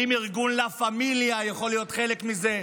האם ארגון לה פמיליה יכול להיות חלק מזה?